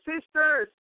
sisters